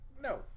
No